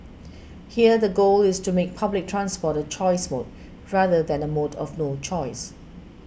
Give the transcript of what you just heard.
here the goal is to make public transport a choice mode rather than the mode of no choice